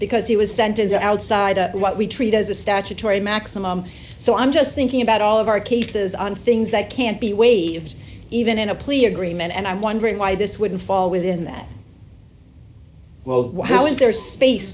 because he was sentenced outside of what we treat as a statutory maximum so i'm just thinking about all of our cases on things that can't be waived even in a plea agreement and i'm wondering why this wouldn't fall within that well how is their space